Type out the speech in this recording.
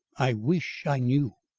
i wish i knew.